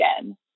again